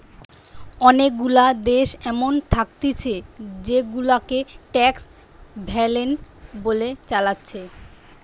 অনেগুলা দেশ এমন থাকতিছে জেগুলাকে ট্যাক্স হ্যাভেন বলে চালাচ্ছে